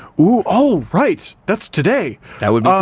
whoo. oh, right, that's today that would ah